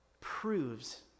proves